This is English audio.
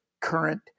current